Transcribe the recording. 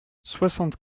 soixante